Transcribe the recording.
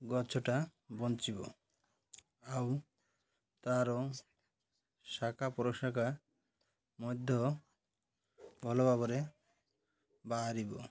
ଗଛଟା ବଞ୍ଚିବ ଆଉ ତା'ର ଶାଖା ପ୍ରଶାଖା ମଧ୍ୟ ଭଲ ଭାବରେ ବାହାରିବ